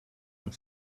and